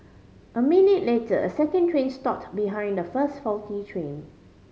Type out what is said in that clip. a minute later a second train stopped behind the first faulty train